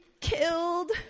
killed